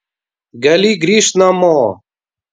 gali grįžt namo